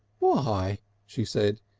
why! she said,